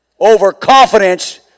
Overconfidence